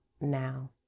now